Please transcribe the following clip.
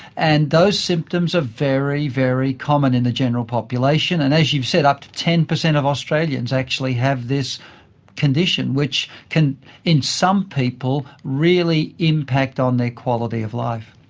and those symptoms are very, very common in the general population. and as you've said, up to ten percent of australians actually have this condition which can in some people really impact on their quality of life.